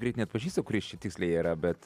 greit neatpažįstu kuris čia tiksliai yra bet